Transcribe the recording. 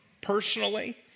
personally